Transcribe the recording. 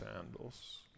sandals